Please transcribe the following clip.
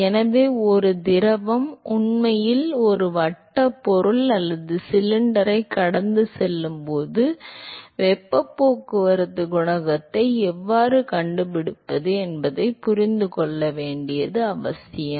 எனவே ஒரு திரவம் உண்மையில் ஒரு வட்டப் பொருள் அல்லது சிலிண்டரைக் கடந்து செல்லும் போது வெப்பப் போக்குவரத்து குணகத்தை எவ்வாறு கண்டுபிடிப்பது என்பதைப் புரிந்துகொள்வது அவசியம்